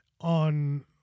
On